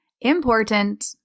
important